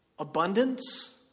Abundance